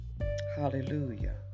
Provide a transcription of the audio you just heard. hallelujah